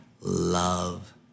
love